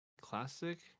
Classic